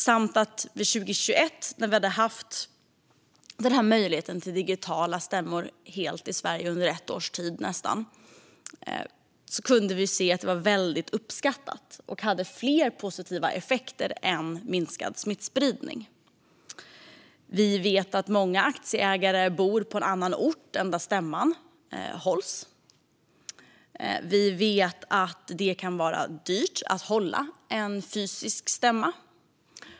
År 2021, när vi hade haft denna möjlighet till digitala stämmor under nästan ett års tid, kunde vi se att det var väldigt uppskattat och hade fler positiva effekter än minskad smittspridning. Vi vet att många aktieägare bor på en annan ort än där stämman hålls. Vi vet att det kan vara dyrt att hålla en fysisk stämma.